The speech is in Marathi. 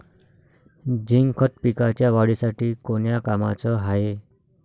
झिंक खत पिकाच्या वाढीसाठी कोन्या कामाचं हाये?